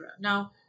Now